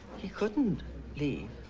he couldn't leave.